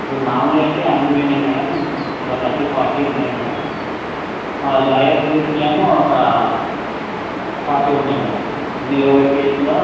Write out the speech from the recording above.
ఇప్పుడు మామూలుగా అయితే అన్నీ పోయినాయి మేడమ్ ఒక థర్టీ ఫార్టీ ఉన్నాయి మేడమ్ లోయర్ క్లాసులోను ఒక ఫార్టీ ఉన్నాయి మేడమ్ అన్నీ లోయర్ క్లాసులో